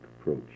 approach